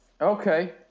Okay